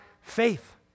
faith